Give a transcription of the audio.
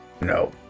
no